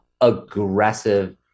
aggressive